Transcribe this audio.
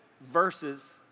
verses